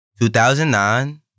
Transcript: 2009